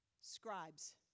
scribes